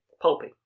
Pulpy